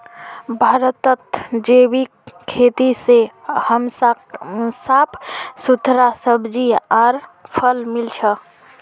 भारतत जैविक खेती से हमसाक साफ सुथरा सब्जियां आर फल मिल छ